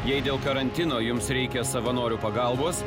jei dėl karantino jums reikia savanorių pagalbos